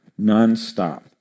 nonstop